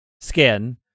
skin